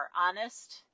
honest